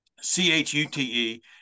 C-H-U-T-E